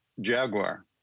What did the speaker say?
Jaguar